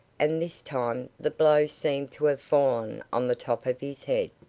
and this time the blow seemed to have fallen on the top of his head,